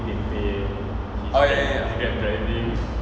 oh ya